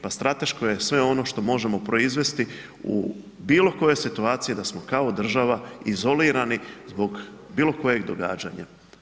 Pa strateško je sve ono što možemo proizvesti u bilo kojoj situaciji da smo kao država izolirani zbog bilo kojeg događanja.